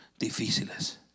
Difíciles